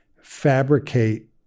fabricate